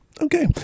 Okay